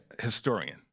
historian